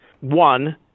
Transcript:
One –